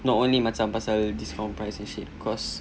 not only macam pasal discount price and shit cause